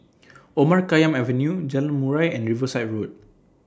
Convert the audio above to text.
Omar Khayyam Avenue Jalan Murai and Riverside Road